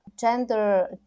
gender